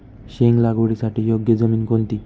शेंग लागवडीसाठी योग्य जमीन कोणती?